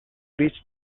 reach